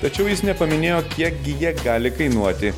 tačiau jis nepaminėjo kiek gi jie gali kainuoti